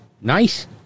nice